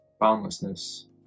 boundlessness